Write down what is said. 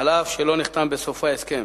אף שלא נחתם בסופה הסכם,